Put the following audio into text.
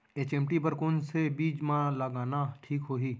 HMT बर कौन से बीज मा लगाना ठीक होही?